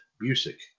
Music